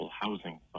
housing